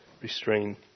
restrained